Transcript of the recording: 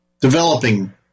developing